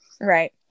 right